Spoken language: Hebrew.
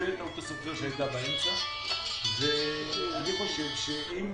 אני חושב שאם